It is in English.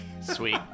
Sweet